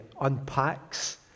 unpacks